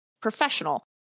professional